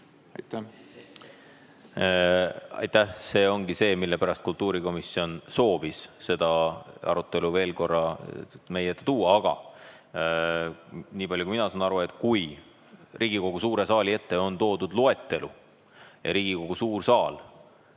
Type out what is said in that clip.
Aitäh! See ongi see, mille pärast kultuurikomisjon soovis seda arutelu veel korra meie ette tuua. Aga nii palju kui mina aru sain, kui Riigikogu suure saali ette on toodud loetelu ja Riigikogu suur saal